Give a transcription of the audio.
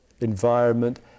environment